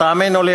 תאמינו לי,